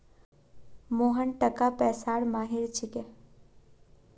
मोहन टाका पैसार माहिर छिके